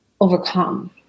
overcome